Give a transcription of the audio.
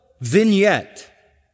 vignette